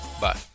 Bye